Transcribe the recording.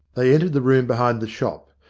they entered the room behind the shop,